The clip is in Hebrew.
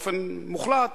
באופן מוחלט,